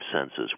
senses